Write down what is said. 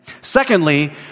Secondly